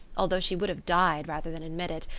although she would have died rather than admit it,